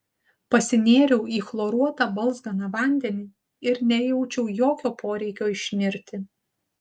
pasinėriau į chloruotą balzganą vandenį ir nejaučiau jokio poreikio išnirti